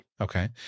Okay